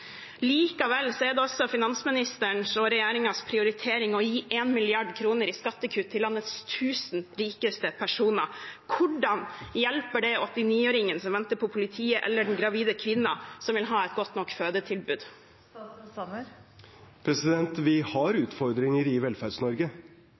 Likevel er det altså finansministeren og regjeringens prioritering å gi 1 mrd. kr i skattekutt til landets tusen rikeste personer. Hvordan hjelper det 89-åringen som venter på politiet, eller den gravide kvinnen som vil ha et godt nok fødetilbud?